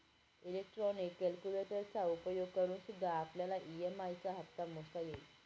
electronic कैलकुलेटरचा उपयोग करूनसुद्धा आपल्याला ई.एम.आई चा हप्ता मोजता येईल